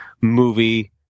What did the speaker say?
movie